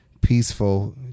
peaceful